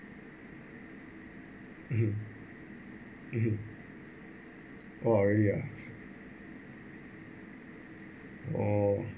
mmhmm mmhmm oh ya already ah oh